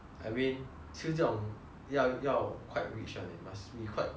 吃这种要要 quite rich [one] eh must be quite must have certain